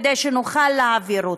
כדי שנוכל להעביר אותה.